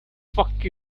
fuck